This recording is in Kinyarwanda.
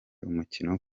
umukino